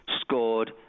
scored